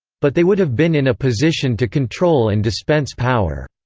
but they would have been in a position to control and dispense power.